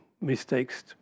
mistakes